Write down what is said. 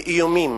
באיומים,